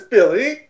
Billy